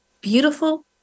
beautiful